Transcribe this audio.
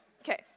Okay